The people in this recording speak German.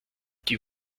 die